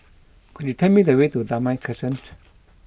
could you tell me the way to Damai Crescent